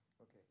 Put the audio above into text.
Okay